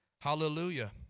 Hallelujah